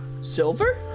Silver